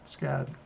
SCAD